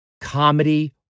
comedy